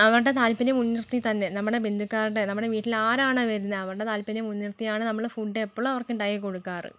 അവരുടെ താൽപര്യം മുൻനിർത്തി തന്നെ നമ്മുടെ ബന്ധുക്കാരുടെ നമ്മുടെ വീട്ടിൽ ആരാണോ വരുന്നത് അവരുടെ താൽപര്യം മുൻനിർത്തിയാണ് നമ്മൾ ഫുഡ് എപ്പോളും അവർക്ക് ഉണ്ടാക്കി കൊടുക്കാറ്